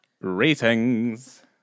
ratings